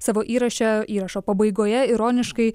savo įraše įrašo pabaigoje ironiškai